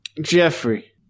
Jeffrey